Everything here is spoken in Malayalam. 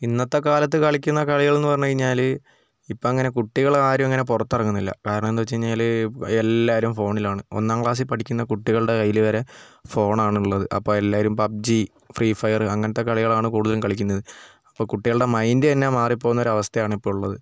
ഇന്നത്തെക്കാലത്ത് കളിക്കുന്ന കളികൾ എന്ന് പറഞ്ഞു കഴിഞ്ഞാൽ ഇപ്പം അങ്ങനെ കുട്ടികളാരും അങ്ങനെ പുറത്തിറങ്ങുന്നില്ല കാരണം എന്താ വച്ചു കഴിഞ്ഞാൽ എല്ലാവരും ഫോണിലാണ് ഒന്നാം ക്ലാസ്സിൽ പഠിക്കുന്ന കുട്ടികളുടെ കയ്യിൽ വരെ ഫോണാണ് ഉള്ളത് അപ്പം എല്ലാവരും പബ്ജി ഫ്രീഫയറ് അങ്ങനത്തെ കളികളാണ് കൂടുതലും കളിക്കുന്നത് അപ്പം കുട്ടികളുടെ മൈൻ്റ് തന്നെ മാറിപ്പോകുന്ന ഒരവസ്ഥയാണ് ഇപ്പം ഉള്ളത്